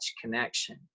connection